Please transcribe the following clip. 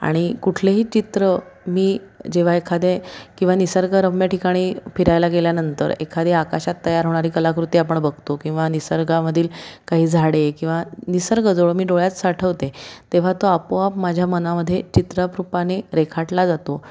आणि कुठलेही चित्र मी जेव्हा एखादे किंवा निसर्गरम्य ठिकाणी फिरायला गेल्यानंतर एखादी आकाशात तयार होणारी कलाकृती आपण बघतो किंवा निसर्गामधील काही झाडे किंवा निसर्गजवळ मी डोळ्यात साठवते तेव्हा तो आपोआप माझ्या मनामध्ये चित्ररूपाने रेखाटला जातो